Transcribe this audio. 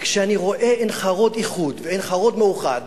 וכשאני רואה את עין-חרוד איחוד ועין-חרוד מאוחד